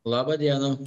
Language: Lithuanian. laba diena